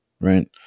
right